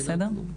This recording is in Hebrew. בסדר גמור.